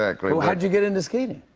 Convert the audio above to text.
like well, how'd you get into skating?